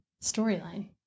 storyline